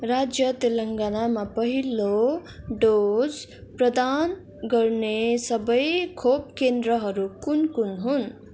राज्य तेलङ्गानामा पहिलो डोज प्रदान गर्ने सब खोप केन्द्रहरू कुन कुन हुन्